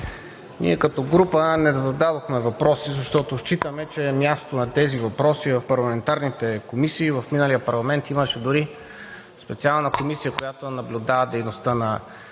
Ние като група не задавахме въпроси, защото считаме, че мястото на тези въпроси е в парламентарните комисии. В миналия парламент имаше дори специална комисия, която да наблюдава дейността на